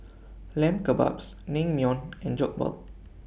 Lamb Kebabs Naengmyeon and Jokbal